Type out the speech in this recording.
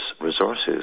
resources